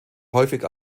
häufig